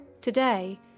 Today